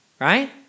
right